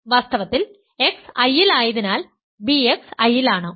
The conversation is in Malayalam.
വാസ്തവത്തിൽ x I ൽ ആയതിനാൽ bx I ൽ ആണ്